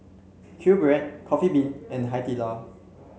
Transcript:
QBread Coffee Bean and Hai Di Lao